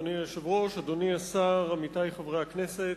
אדוני היושב-ראש, אדוני השר, עמיתי חברי הכנסת,